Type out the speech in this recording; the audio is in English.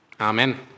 Amen